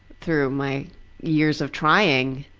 through my years of trying,